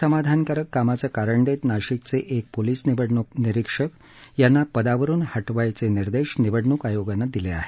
असमाधानकारक कामाचं कारण देत नाशिकचे एक पोलीस निवडणूक निरीक्षक यांना पदावरुन हटवण्याचे निर्देश निवडणूक आयोगानं दिले आहेत